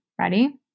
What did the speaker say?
ready